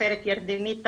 סופרת ירדנית,